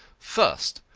first,